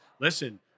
listen